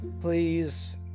please